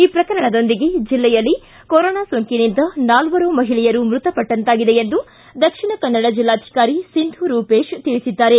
ಈ ಪ್ರಕರಣದೊಂದಿಗೆ ಜಿಲ್ಲೆಯಲ್ಲಿ ಕೊರೋನಾ ಸೋಂಕಿನಿಂದ ನಾಲ್ವರು ಮಹಿಳೆಯರು ಮೃತ ಪಟ್ಟಂತಾಗಿದೆ ಎಂದು ದಕ್ಷಿಣ ಕನ್ನಡ ಜೆಲ್ಲಾಧಿಕಾರಿ ಸಿಂಧೂ ರೂಪೇಶ್ ತಿಳಿಸಿದ್ದಾರೆ